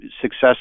success